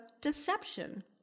deception